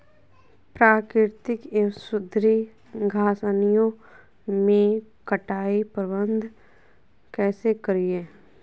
प्राकृतिक एवं सुधरी घासनियों में कटाई प्रबन्ध कैसे करीये?